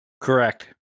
Correct